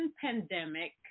pandemic